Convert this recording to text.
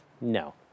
no